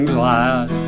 glad